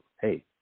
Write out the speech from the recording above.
hey